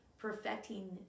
perfecting